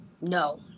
No